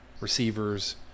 receivers